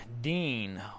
dean